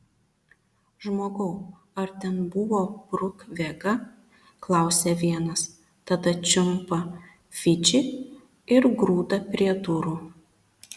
žmogau ar ten buvo bruk vega klausia vienas tada čiumpa fidžį ir grūda prie durų